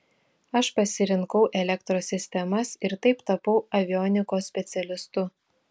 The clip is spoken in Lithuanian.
aš pasirinkau elektros sistemas ir taip tapau avionikos specialistu